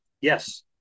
Yes